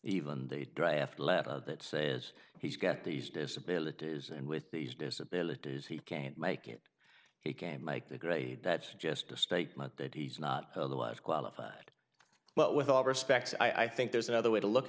even the draft left that says he's got these disabilities and with these disabilities he can't make it he came make the grade that's just a statement that he's not otherwise qualified but with all respect i think there's another way to look